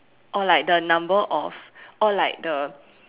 or like the number of or like the